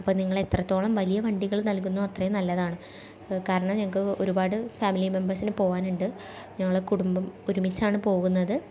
അപ്പം നിങ്ങളെത്രത്തോളം വലിയ വണ്ടികൾ നൽകുന്നോ അത്രയും നല്ലതാണ് കാരണം ഞങ്ങൾക്ക് ഒരുപാട് ഫാമിലി മെമ്പേർസിന് പോവാനുണ്ട് ഞങ്ങൾ കുടുംബം ഒരുമിച്ചാണ് പോകുന്നത്